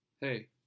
hey